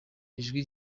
ijwi